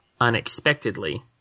unexpectedly